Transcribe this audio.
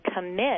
commit